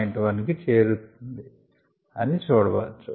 1 కి చేరుతుంది అని చూడవచ్చు